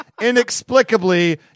inexplicably